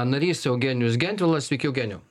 narys eugenijus gentvilas sveiki eugenijau